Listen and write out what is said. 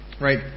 right